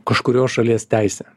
kažkurios šalies teisę